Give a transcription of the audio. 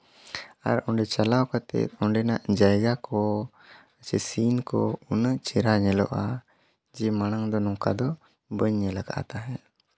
ᱟᱨ ᱚᱸᱰᱮ ᱪᱟᱞᱟᱣ ᱠᱟᱛᱮ ᱚᱸᱰᱮᱱᱟᱜ ᱡᱟᱭᱜᱟ ᱠᱚ ᱥᱮ ᱥᱤᱱ ᱠᱚ ᱩᱱᱟᱹᱜ ᱪᱮᱦᱨᱟ ᱧᱮᱞᱚᱜᱼᱟ ᱡᱮ ᱢᱟᱲᱟᱝ ᱫᱚ ᱱᱚᱝᱠᱟ ᱫᱚ ᱵᱟᱹᱧ ᱧᱮᱞ ᱟᱠᱟᱫ ᱛᱟᱦᱮᱸᱫ